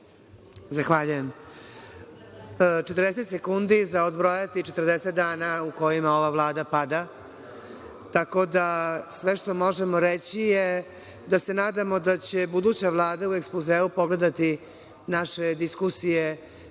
Zahvaljujem. Četrdeset sekundi za odbrojati 40 dana u kojima ova Vlada pada, tako da, sve što možemo reći je da se nadamo da će buduća Vlada u ekspozeu pogledati naše diskusije